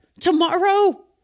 Tomorrow